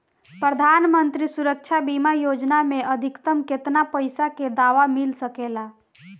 प्रधानमंत्री सुरक्षा बीमा योजना मे अधिक्तम केतना पइसा के दवा मिल सके ला?